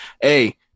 hey